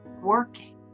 working